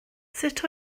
sut